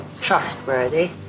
trustworthy